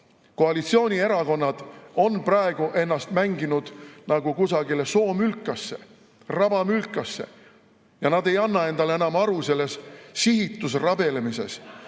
Koalitsioonierakonnad on praegu ennast mänginud nagu kusagile soomülkasse, rabamülkasse, ja nad ei anna endale aru selles sihitus rabelemises,